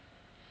mm